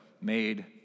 Made